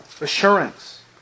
assurance